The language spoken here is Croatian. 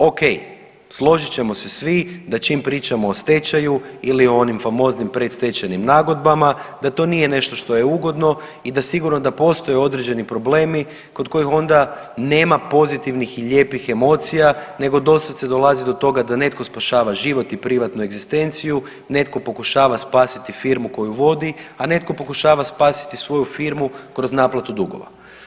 O.k. Složit ćemo se svi da čim pričamo o stečaju ili onim famoznim predstečajnim nagodbama da to nije nešto što je ugodno i da sigurno da postoje određeni problemi kod kojih onda nema pozitivnih i lijepih emocija, nego doslovce dolazi do toga da netko spašava život i privatnu egzistenciju, netko pokušava spasiti firmu koju vodi, a netko pokušava spasiti svoju firmu kroz naplatu dugova.